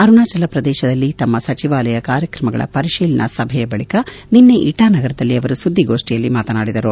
ಅರುಣಾಚಲಪ್ರದೇಶದಲ್ಲಿ ತಮ್ಮ ಸಚಿವಾಲಯ ಕಾರ್ಯಕ್ರಮಗಳ ಪರಿಶೀಲನಾ ಸಭೆಯ ಬಳಿಕ ನಿನ್ನೆ ಇಟಾನಗರದಲ್ಲಿ ಅವರು ಸುದ್ದಿಗೋಷ್ಠಿಯಲ್ಲಿ ಮಾತನಾಡಿದರು